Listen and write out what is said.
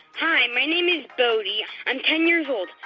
hi, my name is bodhi. i'm ten years old.